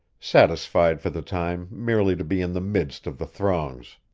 satisfied for the time merely to be in the midst of the throngs.